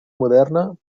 moderna